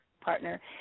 partner